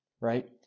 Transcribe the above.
Right